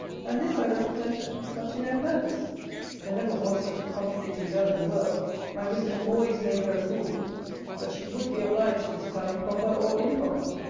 and this i represented but to no purpose there never was such a contradicting girl in the world my wisdom always made her a fool but she would be obliged this time, proper or improper.